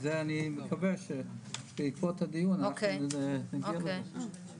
זה אני מקווה שבעקבות הדיון אנחנו נגיע לזה.